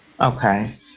Okay